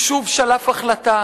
הוא שוב שלף החלטה